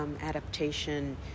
adaptation